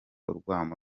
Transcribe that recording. urwamo